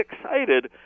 excited